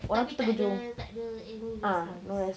tapi tak ada tak ada any response